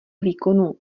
výkonu